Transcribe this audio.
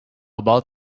about